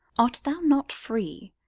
art thou not free?